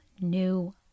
new